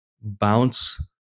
bounce